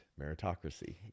meritocracy